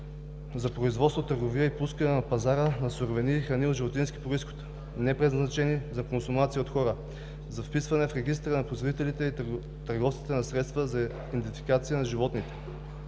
за производство, търговия и пускане на пазара на суровини и храни от животински произход, непредназначени за консумация от хора; за вписване в регистъра на производителите и търговците на средства за идентификация на животните;